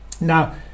Now